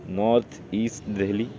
north east Delhi